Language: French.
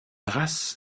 race